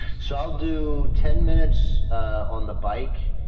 so i'll do ten minutes on the bike,